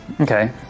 Okay